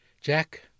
Jack